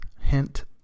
hint